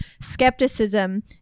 Skepticism